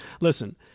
Listen